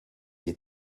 you